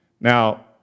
Now